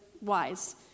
wise